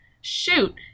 shoot